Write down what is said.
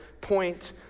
point